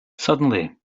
suddenly